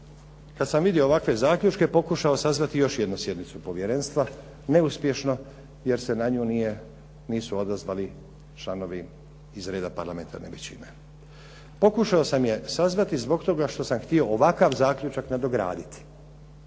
kada sam vidio ovakve zaključke pokušao sazvati još jednu sjednicu povjerenstva, neuspješno jer se na nju nisu odazvali članovi iz reda parlamentarne većine. Pokušao sam je sazvati zbog toga što sam htio ovakav zaključak nadograditi.